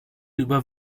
über